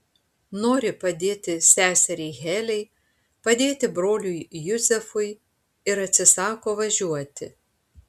nori padėti seseriai heliai padėti broliui juzefui ir atsisako važiuoti